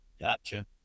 Gotcha